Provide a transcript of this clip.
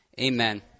Amen